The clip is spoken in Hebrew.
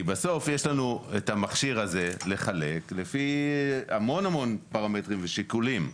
בסוף יש לנו לחלק את המכשיר הזה לפי המון-המון פרמטרים ושיקולים.